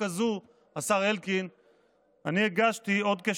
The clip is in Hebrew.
ואני שאלתי את עצמי,